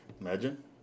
Imagine